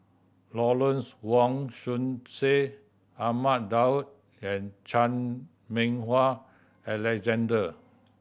Lawrence Wong Shyun Tsai Ahmad Daud and Chan Meng Wah Alexander